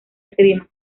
esgrima